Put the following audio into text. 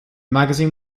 magazine